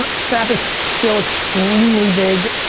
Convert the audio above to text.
but snap is still extremely big,